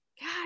God